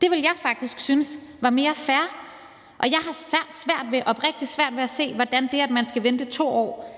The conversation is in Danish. Det ville jeg faktisk synes var mere fair. Og jeg har oprigtigt svært ved at se, hvordan det, at man skal vente i 2 år